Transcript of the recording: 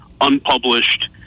unpublished